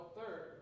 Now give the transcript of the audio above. third